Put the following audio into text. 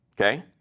Okay